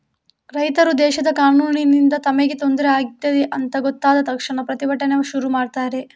ರೈತರು ದೇಶದ ಕಾನೂನಿನಿಂದ ತಮಗೆ ತೊಂದ್ರೆ ಆಗ್ತಿದೆ ಅಂತ ಗೊತ್ತಾದ ತಕ್ಷಣ ಪ್ರತಿಭಟನೆ ಶುರು ಮಾಡ್ತಾರೆ